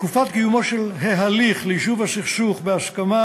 בתקופת קיומו של ההליך ליישוב הסכסוך בהסכמה,